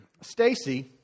Stacy